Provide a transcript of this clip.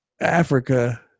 Africa